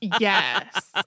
Yes